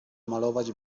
malować